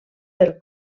del